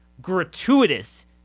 gratuitous